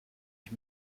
ich